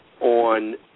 on